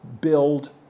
build